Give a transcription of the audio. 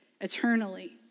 eternally